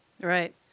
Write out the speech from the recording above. Right